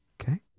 Okay